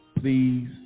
Please